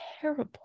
terrible